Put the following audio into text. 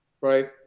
right